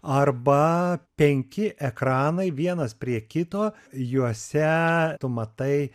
arba penki ekranai vienas prie kito juose tu matai